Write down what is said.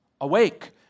awake